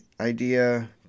idea